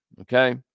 Okay